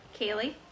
Kaylee